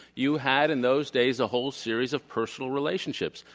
you had, in those days, a whole series of personal relationships.